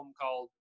called